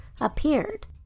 appeared